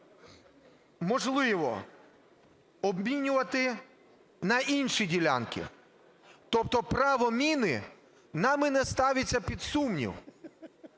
можливо обмінювати на інші ділянки. Тобто право міни нами не ставиться під сумнів.